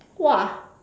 !wah!